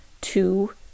two